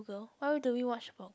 google why do we watch